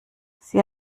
sie